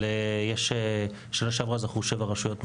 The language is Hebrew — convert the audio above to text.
אבל שנה שעברה זכו שבע רשויות מקומיות,